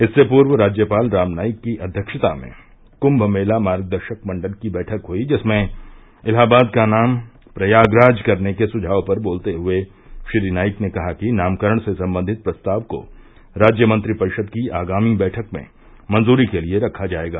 इससे पूर्व राज्यपाल राम नाईक की अध्यक्षता में कुंभ मेला मार्गदर्शक मंडल की बैठक हुई जिसमें इलाहाबाद का नाम प्रयागराज करने के सुझाव पर बोलते हुए श्री नाईक ने कहा कि नामकरण से संबंधित प्रस्ताव को राज्य मंत्रिपरिषद की अगामी बैठक में मंजूरी के लिए रखा जायेगा